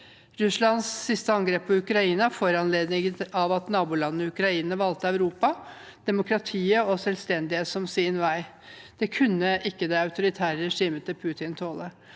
Russlands siste angrep på Ukraina var foranlediget av at nabolandet Ukraina valgte Europa, demokrati og selvstendighet som sin vei. Det kunne ikke det autoritære regimet til Putin tåle.